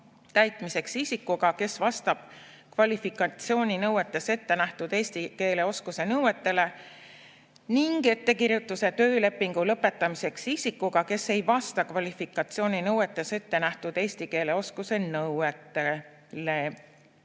täitmiseks isikuga, kes vastab kvalifikatsiooninõuetes ette nähtud eesti keele oskuse nõuetele, ning ettekirjutuse töölepingu lõpetamiseks isikuga, kes ei vasta kvalifikatsiooninõuetes ette nähtud eesti keele oskuse nõuetele.